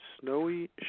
snowy